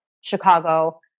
Chicago